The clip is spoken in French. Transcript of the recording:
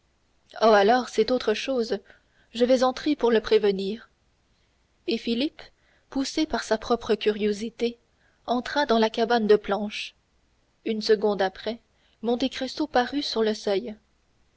oh alors c'est autre chose je vais entrer pour le prévenir et philippe poussé par sa propre curiosité entra dans la cabane de planches une seconde après monte cristo parut sur le seuil